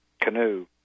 canoe